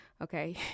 Okay